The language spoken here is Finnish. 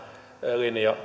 linja